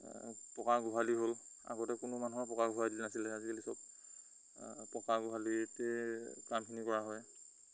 পকা গোহালি হ'ল আগতে কোনো মানুহৰ পকা গোহালি নাছিলে আজিকালি সব পকা গোহালিতে কামখিনি কৰা হয়